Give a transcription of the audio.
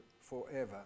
forever